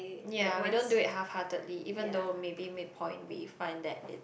ya we don't do it half heartedly even though maybe midpoint we find that it's